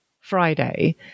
Friday